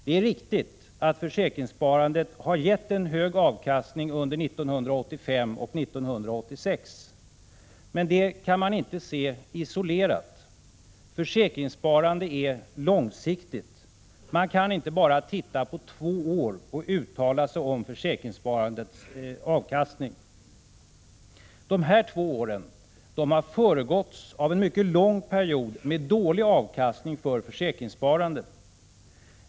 Det är riktigt att försäkringssparandet gett en hög avkastning under 1985 och 1986. Men det kan inte ses isolerat. Försäkringssparande är långsiktigt. Man kan inte bara titta på två år och uttala sig om försäkringssparandets avkastning. Dessa två år har föregåtts av en mycket lång period med dålig avkastning för försäkringssparandet.